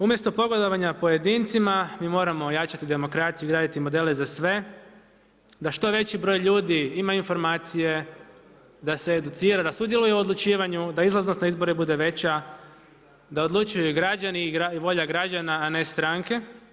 Umjesto pogodovanja pojedincima, mi moramo ojačati demokraciju i raditi modele za sve, da što veći broj ljudi ima informacije da se educira, da sudjeluje u odlučivanju, da izlaznost na izbore bude veća, da odlučuju građani i volja građana, a ne stranke.